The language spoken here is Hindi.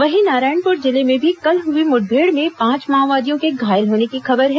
वहीं नारायणपुर जिले में भी कल हई मुठभेड में पांच माओवादियों के घायल होने की खबर है